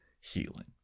healing